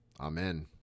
Amen